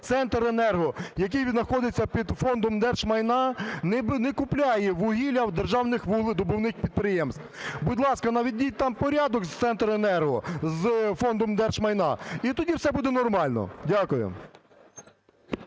"Центренерго", який находиться під Фондом держмайна, не купляє вугілля у державних вугледобувних підприємств? Будь ласка, наведіть там порядок з "Центренерго", з Фондом держмайна, і тоді все буде нормально. Дякую.